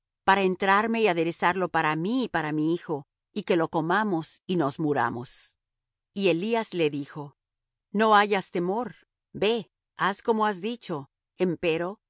para entrarme y aderezarlo para mí y para mi hijo y que lo comamos y nos muramos y elías le dijo no hayas temor ve haz como has dicho empero